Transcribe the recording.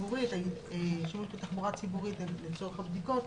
שימוש בתחבורה ציבורית לצורך הבדיקות,